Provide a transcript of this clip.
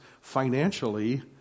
financially